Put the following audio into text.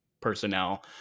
personnel